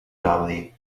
gaudi